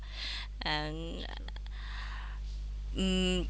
and hmm